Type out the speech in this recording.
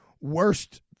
worst